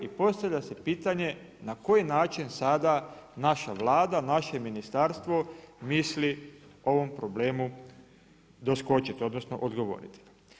I postavlja se pitanje na koji način sada naša Vlada, naše ministarstvo misli ovom problemu doskočiti, odnosno odgovoriti.